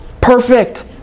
perfect